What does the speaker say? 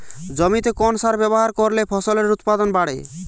জমিতে কোন সার ব্যবহার করলে ফসলের উৎপাদন বাড়ে?